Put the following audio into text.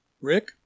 rick